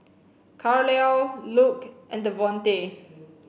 Carlyle Luc and Devonte